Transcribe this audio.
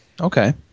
Okay